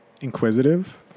inquisitive